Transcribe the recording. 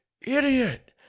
idiot